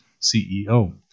CEO